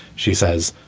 she says,